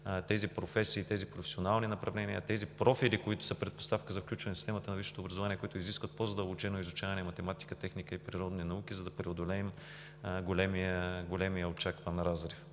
тези професии, тези професионални направления, тези профили, които са предпоставка за включване в системата на висшето образование, които изискват по-задълбочено изучаване на математика, техника и природни науки, за да преодолеем големия очакван разрив.